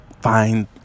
find